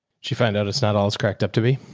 she find out it's not all it's cracked up to me.